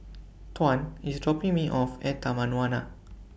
Tuan IS dropping Me off At Taman Warna